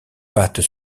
pattes